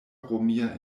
romia